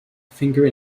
finger